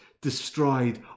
destroyed